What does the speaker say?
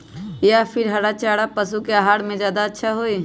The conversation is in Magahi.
या फिर हरा चारा पशु के आहार में ज्यादा अच्छा होई?